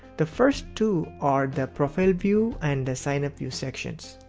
the first two are the profile view and signup view sections.